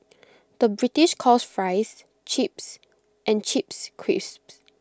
the British calls Fries Chips and Chips Crisps